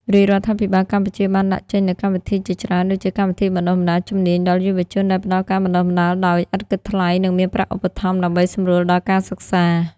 រាជរដ្ឋាភិបាលកម្ពុជាបានដាក់ចេញនូវកម្មវិធីជាច្រើន ដូចជាកម្មវិធីបណ្តុះបណ្តាលជំនាញដល់យុវជន ដែលផ្តល់ការបណ្តុះបណ្តាលដោយឥតគិតថ្លៃ និងមានប្រាក់ឧបត្ថម្ភ ដើម្បីសម្រួលដល់ការសិក្សា។